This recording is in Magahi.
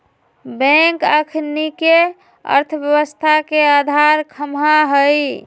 बैंक अखनिके अर्थव्यवस्था के अधार ख़म्हा हइ